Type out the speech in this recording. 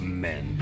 men